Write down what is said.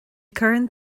corrán